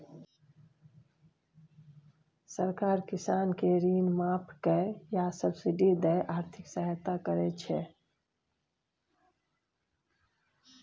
सरकार किसान केँ ऋण माफ कए या सब्सिडी दए आर्थिक सहायता करै छै